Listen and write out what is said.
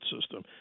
system